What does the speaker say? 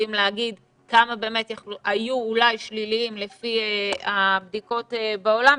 יודעים כמה באמת היו אולי שליליים לפי הבדיקות בעולם,